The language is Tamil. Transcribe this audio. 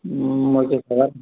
ம் ஓகே சார்